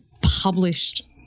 published